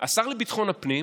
השר לביטחון הפנים